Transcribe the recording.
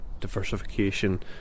diversification